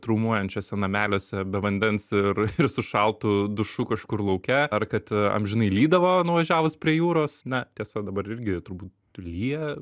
traumuojančiuose nameliuose be vandens ir ir su šaltu dušu kažkur lauke ar kad amžinai lydavo nuvažiavus prie jūros na tiesa dabar irgi turbūt lyja